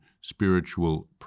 spiritual